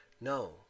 No